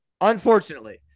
Unfortunately